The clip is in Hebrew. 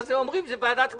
אז הם אומרים: זה ועדת הכספים.